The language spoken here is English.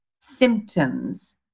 symptoms